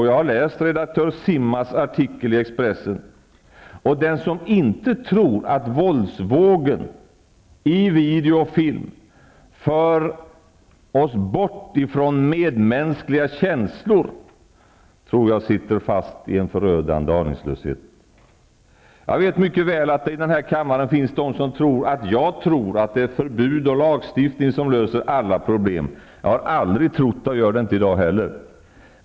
Jag har läst redaktör Simas artikel i Expressen. Den som tror att våldsvågen i video och film inte för oss bort från medmänskliga känslor sitter nog fast i en förödande aningslöshet. Jag vet mycket väl att det i den här kammaren finns de som tror att jag tror att det är förbud och lagstiftning som löser alla problem. Jag har aldrig trott det, och gör det inte heller i dag.